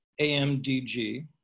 AMDG